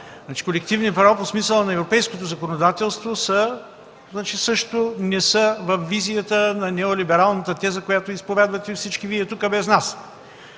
Колективни права по смисъла на европейското законодателство не са във визията на неолибералната теза, която изповядвате всички Вие тук без нас.